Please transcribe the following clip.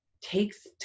takes